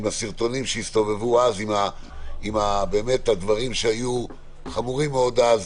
עם הסרטונים שהסתובבו אז עם דברים שהיו חמורים מאוד אז,